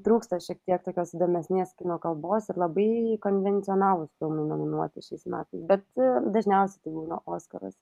trūksta šiek tiek tokios įdomesnės kino kalbos ir labai konvencionalūs filmai nominuoti šiais metais bet dažniausiai tai būna oskaras